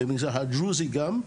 במגזר הדרוזי גם,